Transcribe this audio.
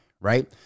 right